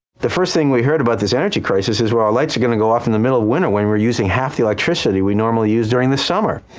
the first thing we heard about this energy crisis is our lights are going to go off in the middle of winter, when we're using half the electricity we normally use during the summer!